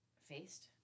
faced